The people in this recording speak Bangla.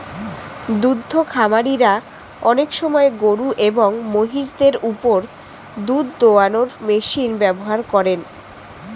দুদ্ধ খামারিরা অনেক সময় গরুএবং মহিষদের ওপর দুধ দোহানোর মেশিন ব্যবহার করেন